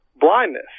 blindness